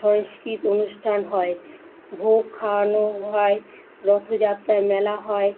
সাংস্কৃতিক অনুষ্ঠান হয় ভোগ খাওয়ানো হয় রথযাত্রার মেলা হয়